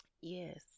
Yes